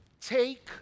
take